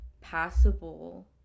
passable